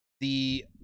the-